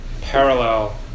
parallel